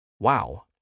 Wow